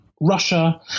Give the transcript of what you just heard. Russia